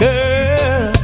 Girl